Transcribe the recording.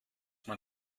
man